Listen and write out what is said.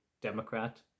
Democrat